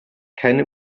keine